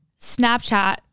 snapchat